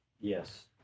Yes